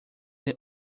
than